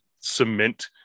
cement